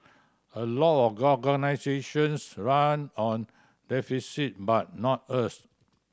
a lot of organisations run on deficit but not us